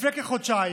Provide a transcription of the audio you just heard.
לפני כחודשיים,